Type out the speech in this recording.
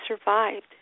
survived